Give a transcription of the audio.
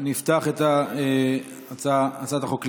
את הצעת החוק לדיון.